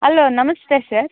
hello ನಮಸ್ತೆ sir